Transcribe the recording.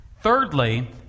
Thirdly